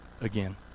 again